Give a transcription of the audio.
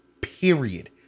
period